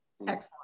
Excellent